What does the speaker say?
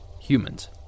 Humans